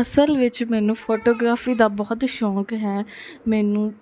ਅਸਲ ਵਿੱਚ ਮੈਨੂੰ ਫੋਟੋਗ੍ਰਾਫੀ ਦਾ ਬਹੁਤ ਸ਼ੌਂਕ ਹੈ ਮੈਨੂੰ